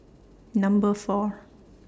Number four